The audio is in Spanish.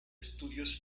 estudios